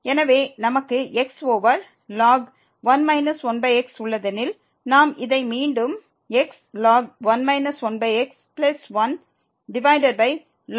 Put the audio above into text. எனவே நமக்கு x over ln 1 1x உள்ளதெனில் நாம் இதை மீண்டும் 1 1x1 ln 1 1x என்று எழுதலாம்